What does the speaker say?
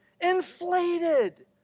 inflated